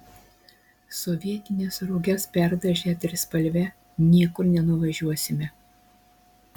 sovietines roges perdažę trispalve niekur nenuvažiuosime